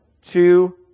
two